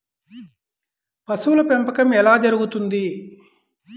పశువుల పెంపకం ఎలా జరుగుతుంది?